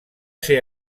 ser